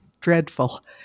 Dreadful